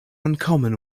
uncommon